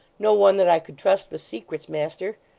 no one that i could trust with secrets, master.